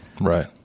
Right